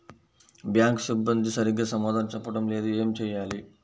Bank సిబ్బంది సరిగ్గా సమాధానం చెప్పటం లేదు ఏం చెయ్యాలి?